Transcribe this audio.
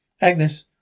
Agnes